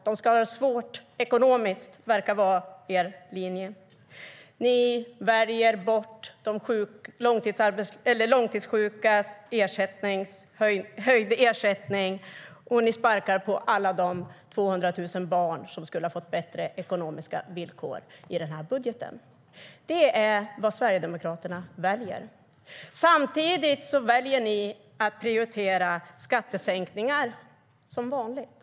De ska ha det svårt ekonomiskt, verkar vara er linje. STYLEREF Kantrubrik \* MERGEFORMAT Utgiftsramar och beräkning av stats-inkomsternaDet är vad Sverigedemokraterna väljer. Samtidigt väljer ni att prioritera skattesänkningar, som vanligt.